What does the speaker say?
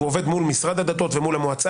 והוא עובד מול משרד הדתות ומול המועצה